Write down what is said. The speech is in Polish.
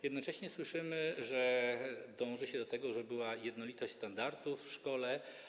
Jednocześnie słyszymy, że dąży się do tego, żeby była jednolitość standardów w szkole.